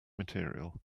material